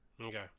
Okay